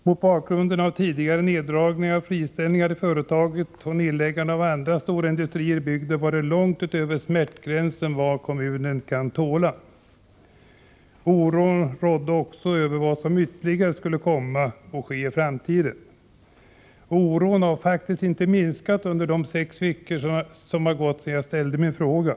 Mot bakgrund av tidigare neddragningar och friställningar i företaget samt nedlägganden av andra stora industrier i bygden låg beskedet långt över den smärtgräns kommunen kan tåla. Oron gällde också vad som ytterligare skulle komma att ske i framtiden. Denna oro har faktiskt inte minskat under de sex veckor som har gått sedan jag ställde min fråga.